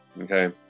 Okay